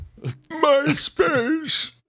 MySpace